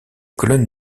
colonnes